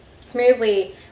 smoothly